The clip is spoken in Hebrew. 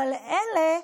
אבל אלה,